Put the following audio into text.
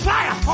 Fire